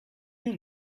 you